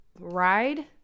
ride